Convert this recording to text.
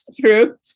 true